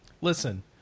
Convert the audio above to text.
Listen